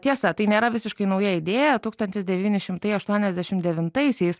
tiesa tai nėra visiškai nauja idėja tūkstantis devyni šimtai aštuoniasdešimt devintaisiais